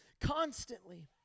constantly